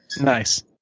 Nice